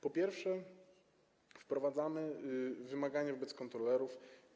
Po pierwsze, wprowadzamy wymagania wobec kontrolerów.